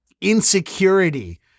insecurity